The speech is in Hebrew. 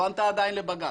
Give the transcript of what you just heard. לא ענתה עדיין לבג"צ.